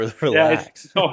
Relax